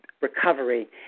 recovery